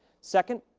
second,